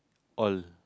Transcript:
all